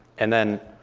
and then,